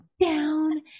down